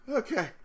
okay